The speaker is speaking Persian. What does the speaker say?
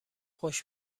خوش